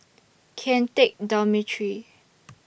Kian Teck Dormitory